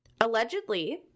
Allegedly